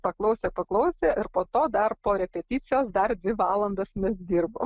paklausė paklausė ir po to dar po repeticijos dar dvi valandas mes dirbom